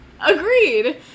Agreed